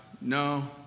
No